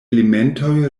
elementoj